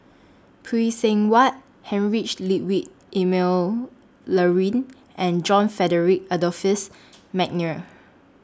Phay Seng Whatt Heinrich Ludwig Emil Luering and John Frederick Adolphus Mcnair